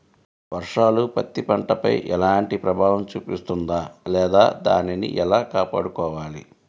వర్షాలు పత్తి పంటపై ఎలాంటి ప్రభావం చూపిస్తుంద లేదా దానిని ఎలా కాపాడుకోవాలి?